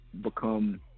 become